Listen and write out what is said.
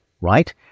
right